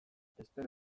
espero